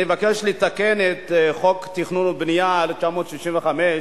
אני מבקש לתקן את חוק התכנון והבנייה, 1965,